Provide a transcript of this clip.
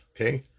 Okay